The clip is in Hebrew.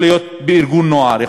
הוא יכול להיות בארגון נוער,